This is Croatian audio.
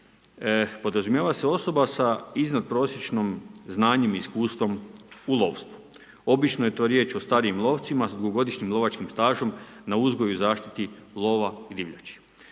podrazumijeva se osoba sa iznadprosječnom znanjem i iskustvom u lovstvu, obično je to riječ o starijim lovcima s dugogodišnjim lovačkim stažom na uzgoju i zaštiti lova i divljači.